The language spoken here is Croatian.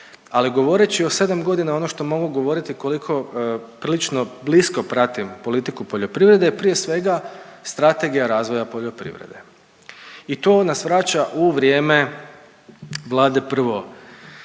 Ali govoreći o sedam godina ono što mogu govoriti koliko prilično blisko pratim politiku poljoprivrede prije svega strategija razvoja poljoprivrede i to nas vraća u vrijeme Vlade prvo